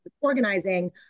organizing